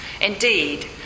Indeed